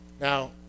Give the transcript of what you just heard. Now